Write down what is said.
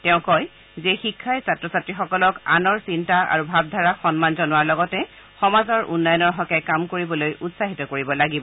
তেওঁ কয় যে শিক্ষাই ছাত্ৰ ছাত্ৰীসকলক আনৰ চিন্তা ভাবধাৰাক সন্মান জনোৱাৰ লগতে সমাজৰ উন্নয়নৰ হকে কাম কৰিবলৈ উৎসাহিত কৰিব লাগিব